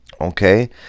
okay